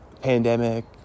pandemic